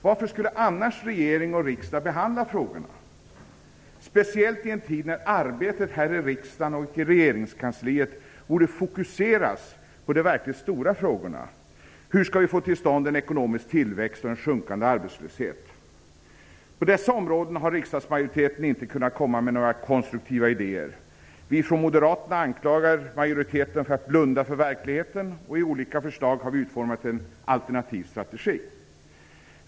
Varför skulle regeringen och riksdag annars behandla frågorna, speciellt i en tid när arbetet här i riksdagen och i regeringskansliet borde fokuseras på de verkligt stora frågorna? Hur skall vi få till stånd en ekonomisk tillväxt och en sjunkande arbetslöshet? På dessa områden har riksdagsmajoriteten inte kunnat komma med några konstruktiva idéer. Vi i moderaterna anklagar majoriteten för att blunda för verkligheten. Vi har i olika förslag utformat en alternativ strategi.